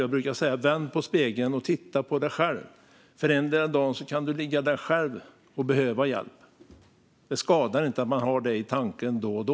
Vänd på spegeln, brukar jag säga, och titta på dig själv! Endera dagen kan du själv ligga där och behöva hjälp. Det skadar inte att man har det i tanken då och då.